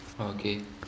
okay